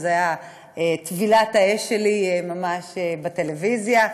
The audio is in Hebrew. וזאת הייתה טבילת האש שלי ממש בטלוויזיה.